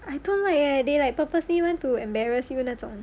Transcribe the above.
I don't leh they like purposely want to embarrass you [one] 那种